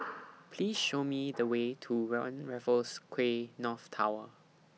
Please Show Me The Way to one Raffles Quay North Tower